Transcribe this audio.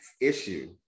issue